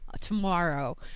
tomorrow